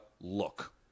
look